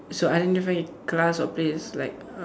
so identify class or place like